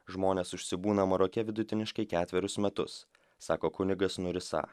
žmonės užsibūna maroke vidutiniškai ketverius metus sako kunigas nurisa